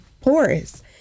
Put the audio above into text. porous